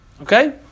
Okay